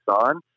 on